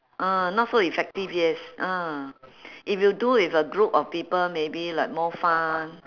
ah not so effective yes ah if you do with a group of people maybe like more fun